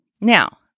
Now